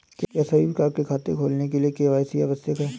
क्या सभी प्रकार के खाते खोलने के लिए के.वाई.सी आवश्यक है?